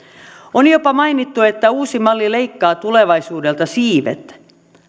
on jopa mainittu että uusi malli leikkaa tulevaisuudelta siivet